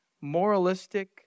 moralistic